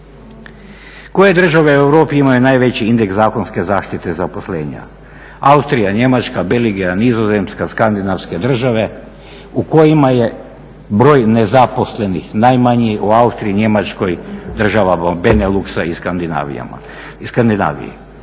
Koje države u Europi imaju najveći indeks zakonske zaštite zaposlenja? Austrija, Njemačka, Belgija, Nizozemska, Skandinavske Države u kojima je broj nezaposlenih najmanji u Austriji, Njemačkoj, Državama Beneluksa i Skandinaviji.